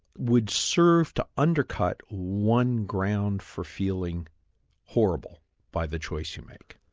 would serve to undercut one ground for feeling horrible by the choice you make.